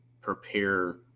prepare